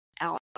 out